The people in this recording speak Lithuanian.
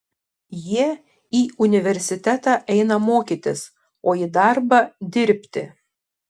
jie į universitetą eina mokytis o į darbą dirbti